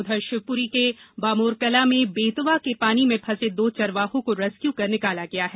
उधर शिवपुरी के बामोरकला में बेतवा के पानी में फंसे दो चरवाहों को रेस्क्यू कर निकाला गया है